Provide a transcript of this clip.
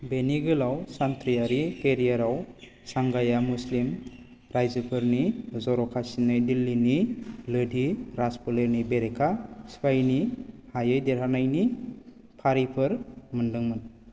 बेनि गोलाव सानथ्रियारि कैरियराव सांगाया मुसलिम राइजोफोरनि जरखासिनै दिल्लीनि लोधि राजफोलेरनि बेरेखा सिफायनि हायै देरहानायनि फारिफोर मोनदोंमोन